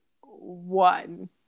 one